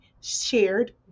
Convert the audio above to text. shared